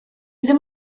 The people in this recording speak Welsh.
ddim